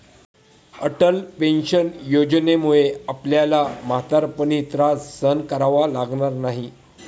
Atal pension योजनेमुळे आपल्याला म्हातारपणी त्रास सहन करावा लागणार नाही